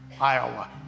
Iowa